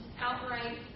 outright